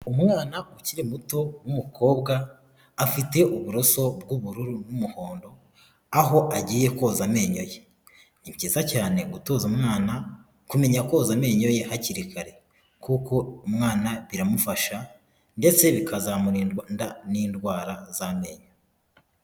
Umwana ukiri muto w'umukobwa afite uburoso bw'ubururu n'umuhondo, aho agiye koza amenyo ye. Ni byiza cyane gutoza umwana kumenya koza amenyo ye hakiri kare, kuko umwana biramufasha ndetse bikazamurinda n'indwara z'amenyo.